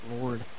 Lord